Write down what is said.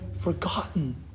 forgotten